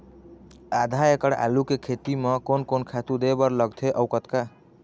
आधा एकड़ आलू के खेती म कोन कोन खातू दे बर लगथे अऊ कतका?